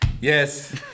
Yes